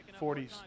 40s